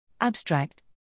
Abstract